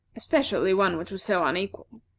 especially one which was so unequal.